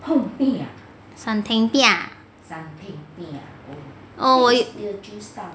san teng piah oh 我有